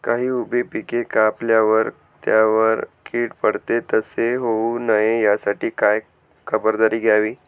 काही उभी पिके कापल्यावर त्यावर कीड पडते, तसे होऊ नये यासाठी काय खबरदारी घ्यावी?